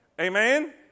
Amen